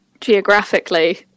Geographically